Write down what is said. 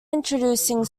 introducing